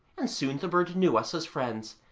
and soon the bird knew us as friends,